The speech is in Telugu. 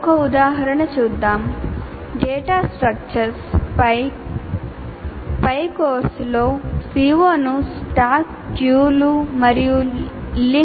ఒక ఉదాహరణ చూద్దాం